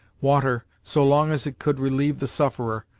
water, so long as it could relieve the sufferer,